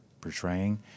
portraying